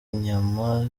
inyama